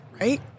right